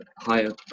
higher